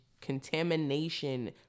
contamination